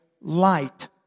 light